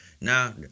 Now